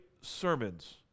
sermons